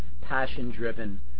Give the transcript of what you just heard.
passion-driven